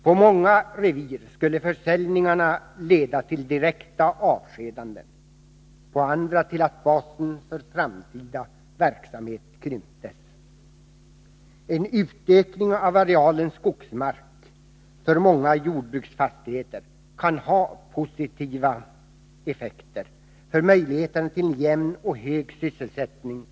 På många revir skulle försäljningarna leda till direkta avskedanden, på andra till att basen för framtida verksamhet krymptes. En utökning av arealen skogsmark för många jordbruksfastigheter kan få positiva effekter på brukarens möjligheter att upprätthålla en jämn och hög sysselsättning.